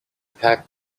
packed